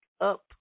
up